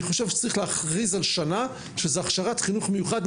אני חושב שצריך להכריז על שנה שזאת הכשרת חינוך מיוחד,